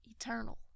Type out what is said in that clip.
eternal